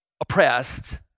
oppressed